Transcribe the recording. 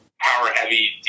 power-heavy